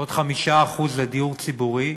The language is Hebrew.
ועוד 5% לדיור ציבורי,